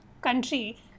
country